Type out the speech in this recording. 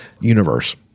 universe